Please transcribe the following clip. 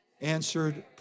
Answered